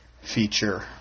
feature